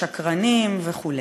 שקרנים וכו'.